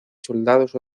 soldados